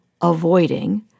avoiding